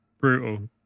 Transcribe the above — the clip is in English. Brutal